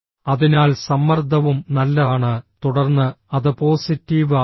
അതിനാൽ സമ്മർദ്ദവും നല്ലതാണ് തുടർന്ന് അത് പോസിറ്റീവ് ആകാം